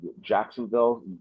Jacksonville